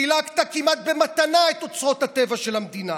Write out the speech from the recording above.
חילקת כמעט במתנה את אוצרות הטבע של המדינה